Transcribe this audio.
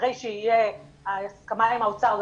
אחרי שתהיה הסכמה עם האוצר,